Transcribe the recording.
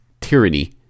tyranny